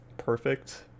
perfect